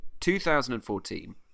2014